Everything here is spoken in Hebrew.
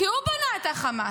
כי הוא בנה את חמאס.